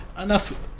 enough